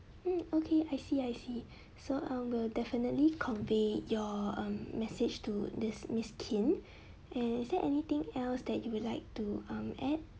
hmm okay I see I see so um we'll definitely convey your um message to dismiss kim and is there anything else that you would like to um add